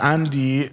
Andy